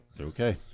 okay